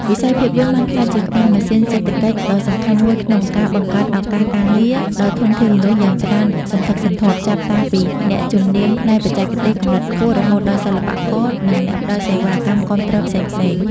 វិស័យភាពយន្តបានក្លាយជាក្បាលម៉ាស៊ីនសេដ្ឋកិច្ចដ៏សំខាន់មួយក្នុងការបង្កើតឱកាសការងារដល់ធនធានមនុស្សយ៉ាងច្រើនសន្ធឹកសន្ធាប់ ចាប់តាំងពីអ្នកជំនាញផ្នែកបច្ចេកទេសកម្រិតខ្ពស់ រហូតដល់សិល្បករ និងអ្នកផ្ដល់សេវាកម្មគាំទ្រផ្សេងៗ។